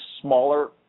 smaller